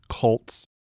cults